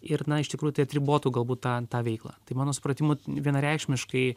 ir na iš tikrųjų tai atribotų galbūt ten tą veiklą tai mano supratimu vienareikšmiškai